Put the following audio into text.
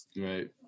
right